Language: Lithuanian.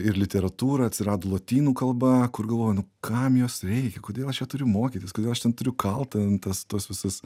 ir literatūra atsirado lotynų kalba kur galvojau nu kam jos reikia kodėl aš ją turiu mokytis kodėl aš ten turiu kalt ten tas tas visas